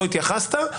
לא התייחסת,